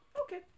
Okay